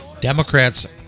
Democrats